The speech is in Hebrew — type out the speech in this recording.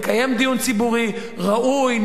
לקיים דיון ציבורי ראוי,